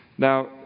Now